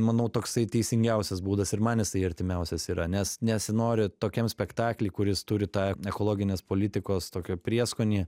manau toksai teisingiausias būdas ir man jisai artimiausias yra nes nesinori tokiam spektakly kuris turi tą ekologinės politikos tokio prieskonį